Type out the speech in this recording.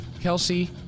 Kelsey